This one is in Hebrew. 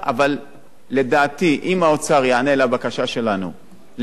אם האוצר ייענה לבקשה שלנו ל-100 מיליון שקלים לבסיס התקציב,